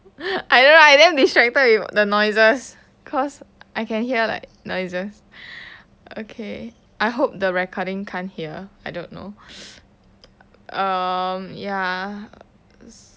I don't know I damn distracted with the noises cause I can hear like noises okay I hope the recording can't here I don't know um ya